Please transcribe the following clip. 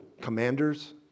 commanders